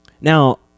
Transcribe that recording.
now